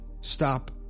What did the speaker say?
stop